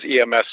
EMS